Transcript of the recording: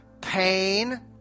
Pain